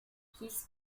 his